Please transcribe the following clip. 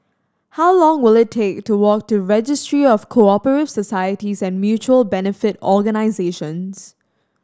how long will it take to walk to Registry of Co Operative Societies and Mutual Benefit Organisations